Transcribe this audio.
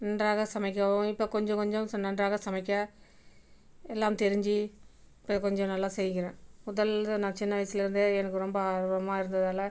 நன்றாக சமைக்கவும் இப்போ கொஞ்சம் கொஞ்சம் நன்றாக சமைக்க எல்லாம் தெரிஞ்சு இப்போ கொஞ்சம் நல்லா செய்கிறேன் முதலில் நான் சின்ன வயசில் இருந்தே எனக்கு ரொம்ப ஆர்வமாக இருந்ததால்